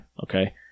Okay